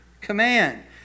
command